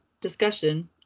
Discussion